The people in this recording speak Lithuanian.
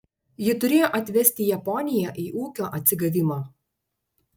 ji turėjo atvesti japoniją į ūkio atsigavimą